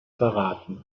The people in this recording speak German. verraten